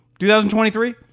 2023